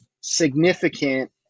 significant